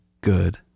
good